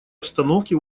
обстановке